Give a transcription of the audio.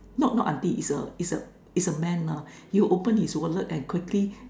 no not auntie is a is a is a man lah he would open his wallet and quickly